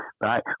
right